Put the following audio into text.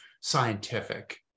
scientific